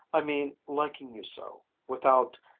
i mean liking you so, without.